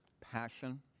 passion